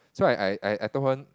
so I I I told her